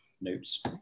notes